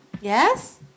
Yes